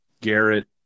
Garrett